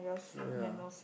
so ya